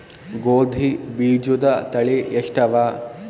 ಗೋಧಿ ಬೀಜುದ ತಳಿ ಎಷ್ಟವ?